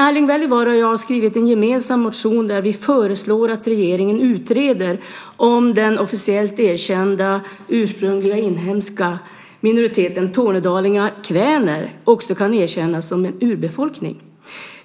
Erling Wälivaara och jag har skrivit en gemensam motion där vi föreslår att regeringen utreder om den officiellt erkända ursprungliga inhemska minoriteten tornedalingar/kväner också kan erkännas som en urbefolkning.